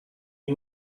این